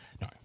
No